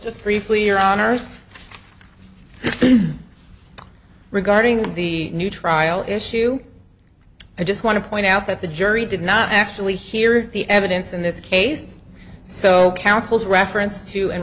just briefly your honour's regarding the new trial issue i just want to point out that the jury did not actually hear the evidence in this case so counsel's reference to a